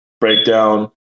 breakdown